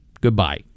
Goodbye